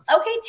Okay